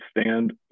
stand